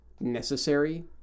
necessary